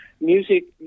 music